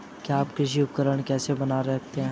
आप कृषि उपकरण कैसे बनाए रखते हैं?